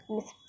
Miss